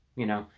you know,